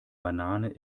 banane